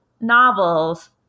novels